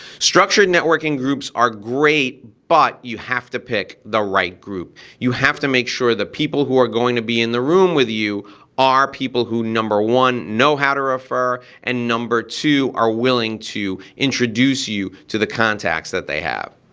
structured networking groups are great, but you have to pick the right group. you have to make sure the people who are going to be in the room with you are people who number one know how to refer and number two are willing to introduce you to the contacts that they have,